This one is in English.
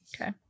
Okay